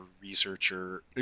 researcher